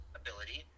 ability